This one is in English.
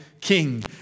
king